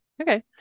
Okay